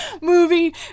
movie